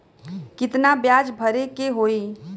कितना ब्याज भरे के होई?